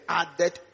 added